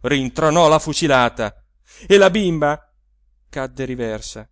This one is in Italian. rintronò la fucilata e la bimba cadde riversa